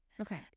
okay